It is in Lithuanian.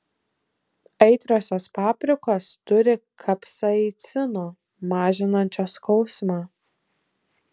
aitriosios paprikos turi kapsaicino mažinančio skausmą